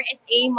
sa